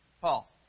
Paul